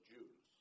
Jews